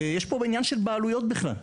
יש פה עניין של בעלויות בכלל.